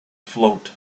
float